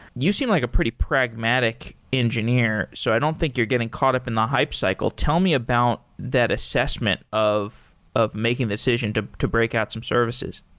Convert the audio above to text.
you seem like a pretty pragmatic engineer. so i don't think you're getting caught in the hype cycle. tell me about that assessment of of making the decision to to break out some services.